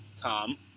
Tom